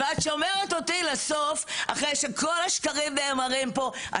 כל הדיון הזה הוא שקר ואת שומרת אותי לסוף אחרי שכל השקרים נאמרים פה,